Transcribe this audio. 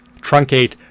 truncate